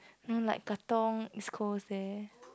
!huh! like Katong East Coast there